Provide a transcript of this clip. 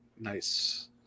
nice